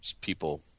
people